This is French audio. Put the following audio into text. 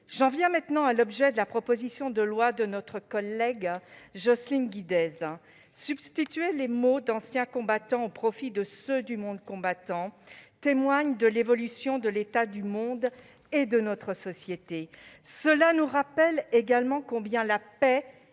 J'en viens maintenant à l'objet de la proposition de loi de notre collègue Jocelyne Guidez. Substituer les mots « anciens combattants » au profit de celui de « combattants » témoigne de l'évolution de l'état du monde et de notre société. Cela nous rappelle également combien la paix